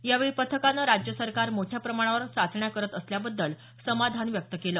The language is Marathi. यावेळी पथकानं राज्य सरकार मोठ्या प्रमाणावर चाचण्या करत असल्याबद्दल समाधान व्यक्त केलं